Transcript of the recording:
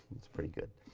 that's pretty good.